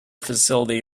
facility